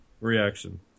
reaction